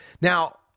Now